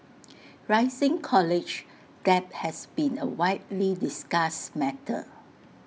rising college debt has been A widely discussed matter